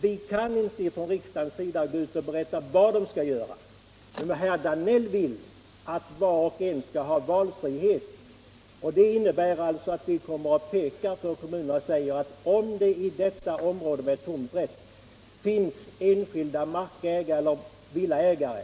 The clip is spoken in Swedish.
Vi kan inte gå ut från riksdagens sida och berätta vad de skall göra! Men herr Danell vill att var och en skall ha valfrihet. Det innebär att vi kommer och påpekar för kommunerna: Om det i detta område med tomträtt finns enskilda villaägare